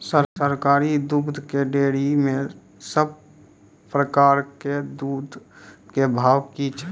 सरकारी दुग्धक डेयरी मे सब प्रकारक दूधक भाव की छै?